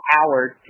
Howard